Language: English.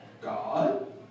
God